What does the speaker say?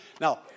Now